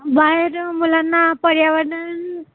बाहेर मुलांना पर्यावरण